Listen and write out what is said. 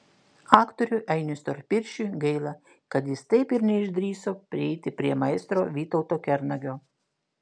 aktoriui ainiui storpirščiui gaila kad jis taip ir neišdrįso prieiti prie maestro vytauto kernagio